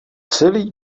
celý